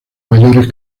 mayores